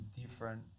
different